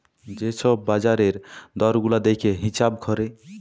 যে ছব বাজারের দর গুলা দ্যাইখে হিঁছাব ক্যরে